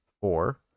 four